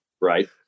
Right